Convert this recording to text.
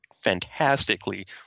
fantastically